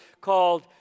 called